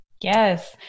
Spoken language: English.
yes